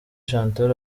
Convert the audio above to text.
chantal